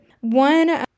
One